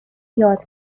یاد